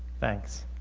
thanks.